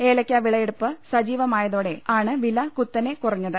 ഏലക്കാ വിളയെടുപ്പ് സജീവമായതോടെയാണ് വില കുത്തനെ കുറ ഞ്ഞത്